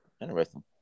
interesting